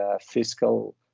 fiscal